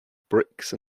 bricks